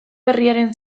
herriaren